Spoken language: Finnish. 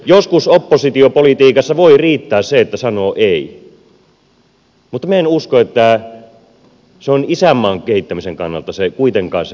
joskus oppositiopolitiikassa voi riittää se että sanoo ei mutta minä en usko että se on isänmaan kehittämisen kannalta kuitenkaan se fiksuin tapa